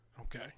Okay